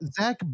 Zach